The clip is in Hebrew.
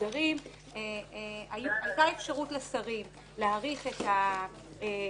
מוסדרים הייתה אפשרות לשרים להאריך את התחילה